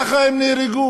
ככה הם נהרגו.